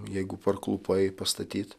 jeigu parklupai pastatyt